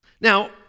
Now